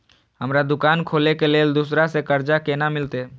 हमरा दुकान खोले के लेल दूसरा से कर्जा केना मिलते?